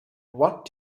what